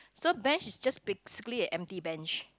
so bench is just basically a empty bench